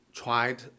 tried